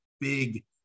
big